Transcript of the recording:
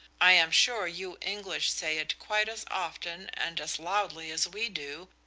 i am sure you english say it quite as often and as loudly as we do,